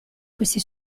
questi